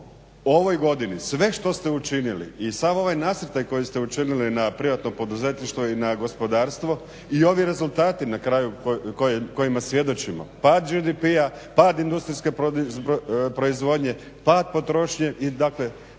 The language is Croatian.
ovoj godini sve što ste učinili i sav ovaj nasrtaj koji ste učinili na privatno poduzetništvo i na gospodarstvo i ovi rezultati na kraju kojima svjedočimo, pad GDP-a, pad industrijske proizvodnje, pad potrošnje i pad